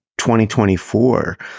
2024